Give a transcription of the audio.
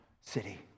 city